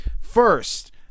First